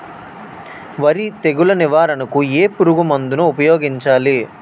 వరి తెగుల నివారణకు ఏ పురుగు మందు ను ఊపాయోగించలి?